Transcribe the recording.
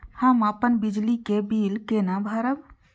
हम अपन बिजली के बिल केना भरब?